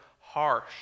harsh